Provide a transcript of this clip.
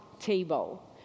table